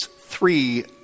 three